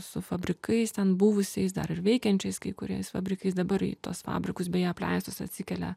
su fabrikais ten buvusiais dar ir veikiančiais kai kuriais fabrikais dabar į tuos fabrikus beje apleistus atsikelia